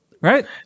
right